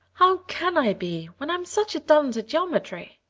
how can i be, when i'm such a dunce at geometry?